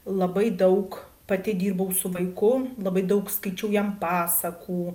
labai daug pati dirbau su vaiku labai daug skaičiau jam pasakų